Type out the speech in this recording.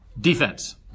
Defense